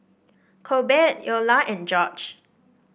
Corbett Eola and George